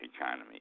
economy